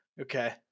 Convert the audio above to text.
Okay